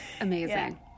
Amazing